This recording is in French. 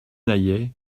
naillet